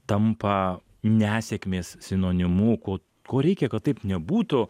tampa nesėkmės sinonimu ko ko reikia kad taip nebūtų